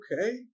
Okay